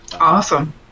Awesome